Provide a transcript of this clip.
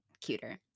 cuter